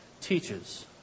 teaches